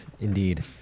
indeed